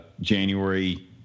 January